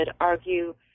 argue